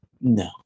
No